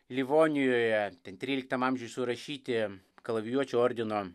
livonijoje ten trliktam amžiuje surašyti kalavijuočių ordino